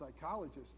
psychologist